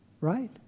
right